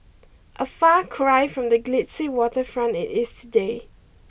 a far cry from the glitzy waterfront it is today